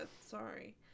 sorry